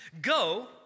go